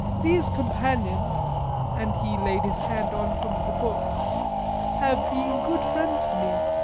these companions and he laid his hand on some of the books have been good friends to me,